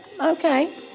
Okay